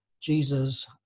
Jesus